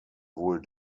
wohl